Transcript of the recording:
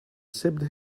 sipped